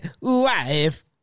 wife